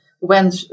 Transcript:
went